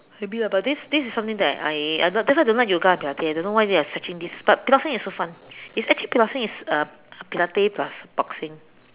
maybe lah but this this is something that I I don't like that's why I don't like yoga and Pilates I don't know why they are searching this but Piloxing is so fun it's actually Piloxing is uh Pilates plus boxing